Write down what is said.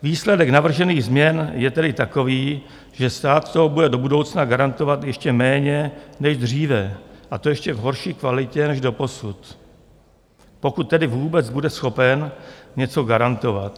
Výsledek navržených změn je tedy takový, že stát toho bude do budoucna garantovat ještě méně než dříve, a to ještě v horší kvalitě než doposud pokud tedy vůbec bude schopen něco garantovat.